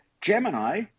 gemini